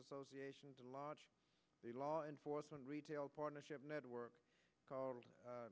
association to launch a law enforcement retail partnership network called